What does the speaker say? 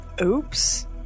Oops